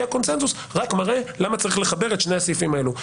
הקונצנזוס רק מראה למה צריך לחבר את שני הסעיפים האלה,